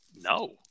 no